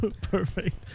Perfect